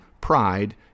pride